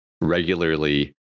regularly